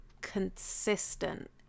consistent